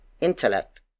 intellect